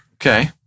Okay